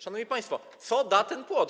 Szanowni państwo, co da ten płot?